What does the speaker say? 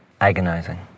agonizing